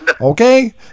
Okay